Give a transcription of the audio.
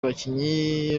abakinnyi